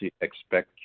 expect